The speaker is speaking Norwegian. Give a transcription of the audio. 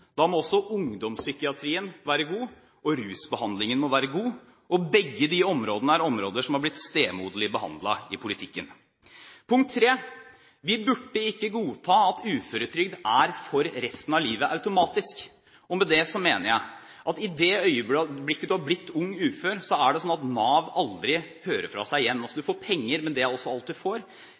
Da må også ungdomspsykiatrien og rusbehandlingen være god. Begge de områdene er områder som har blitt stemoderlig behandlet i politikken. Punkt 3: Vi burde ikke godta at uføretrygd er for resten av livet automatisk. Med det mener jeg at i det øyeblikket du har blitt ung ufør, er det slik at Nav aldri lar høre fra seg igjen. Du får penger, men det er også alt du får.